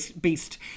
Beast